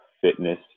fitness